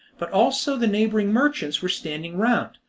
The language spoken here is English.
but also the neighbouring merchants, were standing round,